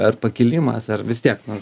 ar pakilimas ar vis tiek nu